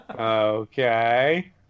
Okay